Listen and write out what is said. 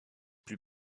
plus